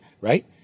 right